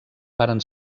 varen